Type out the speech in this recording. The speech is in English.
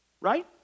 right